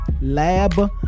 Lab